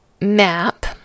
map